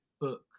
book